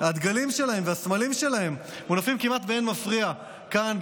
הדגלים והסמלים שלהם מונפים כמעט באין מפריע כאן,